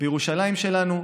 בירושלים שלנו.